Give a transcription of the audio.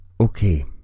Okay